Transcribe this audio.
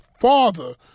father